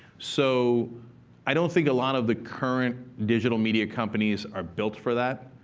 so i don't think a lot of the current digital media companies are built for that,